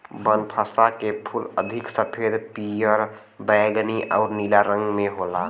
बनफशा के फूल अधिक सफ़ेद, पियर, बैगनी आउर नीला रंग में होला